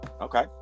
Okay